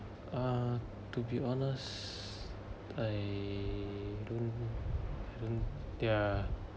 uh to be honest I don't think there are